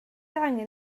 angen